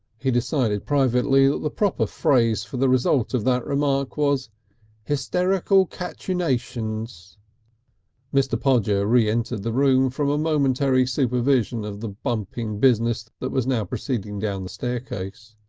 he decided privately that the proper phrase for the result of that remark was hysterial catechunations. mr. podger re-entered the room from a momentary supervision of the bumping business that was now proceeding down the staircase.